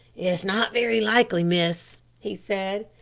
it's not very likely, miss, he said.